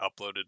uploaded